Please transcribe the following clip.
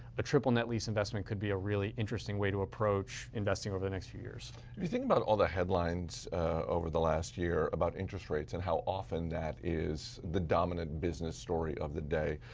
a triple net lease investment could be a really interesting way to approach investing over the next few years. hill if you think about all the headlines over the last year about interest rates, and how often that is the dominant business story of the day,